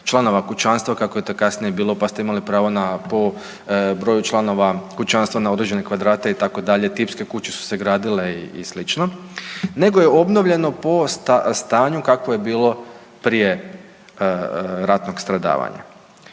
članova kućanstva kako je to kasnije bilo, pa ste imali pravo po broju članova kućanstva na određene kvadrate itd. Tipske kuće su se gradile i sl. Nego je obnovljeno po stanju kakvo je bilo prije ratnog stradavanja.